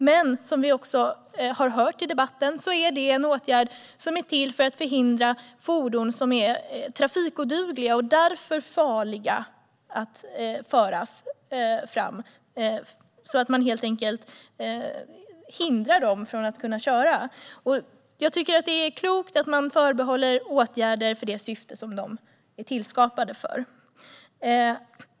Men som vi har hört i debatten är det en åtgärd som är till för att förhindra fordon som är trafikodugliga och därför farliga att föra fram; man hindrar dem helt enkelt från att kunna köras. Jag tycker att det är klokt att man förbehåller åtgärder för det syfte som de är tillskapade för.